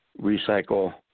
recycle